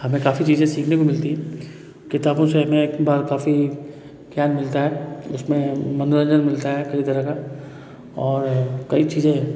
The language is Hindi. हमें काफी चीज़ें सीखने को मिलती है किताबों से हमें एक बार काफी क्या मिलता है उसमें मनोरंजन मिलता है कई तरह का और कई चीज़ें